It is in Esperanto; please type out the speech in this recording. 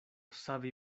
savi